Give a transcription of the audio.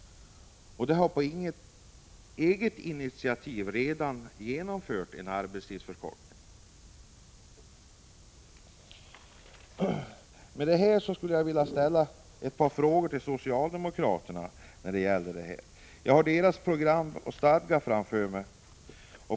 De har på eget initiativ redan genomfört en arbetstidsförkortning. Jag skulle vilja ställa ett par frågor till socialdemokraterna. Jag har deras program och stadgar framför mig.